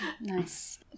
Nice